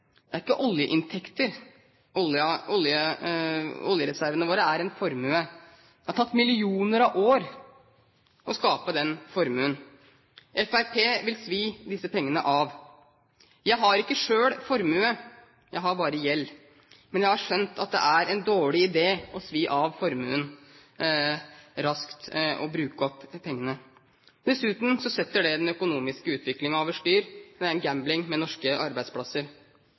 Det er ikke oljeinntekter; oljereservene våre er en formue. Det har tatt millioner av år å skape den formuen. Fremskrittspartiet vil svi av disse pengene. Jeg har ikke selv formue, jeg har bare gjeld. Men jeg har skjønt at det er en dårlig idé å svi av formuen raskt og bruke opp pengene. Dessuten setter det den økonomiske utviklingen over styr, og det er en gambling med norske arbeidsplasser.